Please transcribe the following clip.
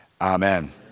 amen